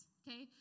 okay